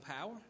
power